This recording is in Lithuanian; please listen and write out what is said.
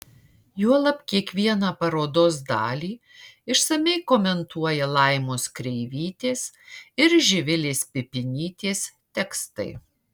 juolab kiekvieną parodos dalį išsamiai komentuoja laimos kreivytės ir živilės pipinytės tekstai